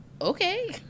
okay